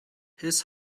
his